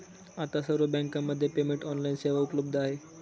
आता सर्व बँकांमध्ये पेमेंट ऑनलाइन सेवा उपलब्ध आहे